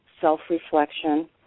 self-reflection